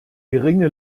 geringe